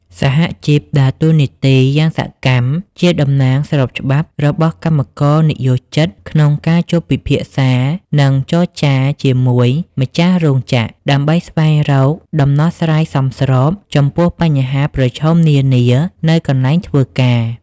សហជីពដើរតួនាទីយ៉ាងសកម្មជាតំណាងស្របច្បាប់របស់កម្មករនិយោជិត ក្នុងការជួបពិភាក្សា និងចរចាជាមួយម្ចាស់រោងចក្រ ដើម្បីស្វែងរកដំណោះស្រាយសមស្របចំពោះបញ្ហាប្រឈមនានានៅកន្លែងធ្វើការ។